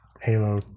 Halo